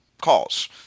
calls